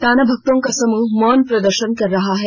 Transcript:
टाना भगतों का समूह मौन प्रदर्शन कर रहा है